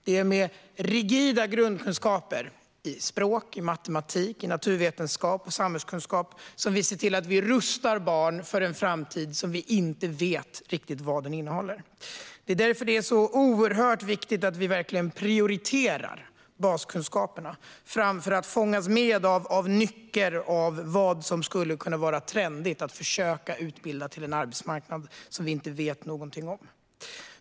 Med gedigna grundkunskaper i språk, matematik, naturvetenskap och samhällskunskap ser vi till att rusta barn för en framtid som vi inte riktigt vet vad den innehåller. Det är därför oerhört viktigt att vi verkligen prioriterar baskunskaperna i stället för att dras med i nycker och trender och försöka utbilda för en arbetsmarknad som vi inte vet något om.